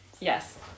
Yes